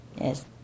Yes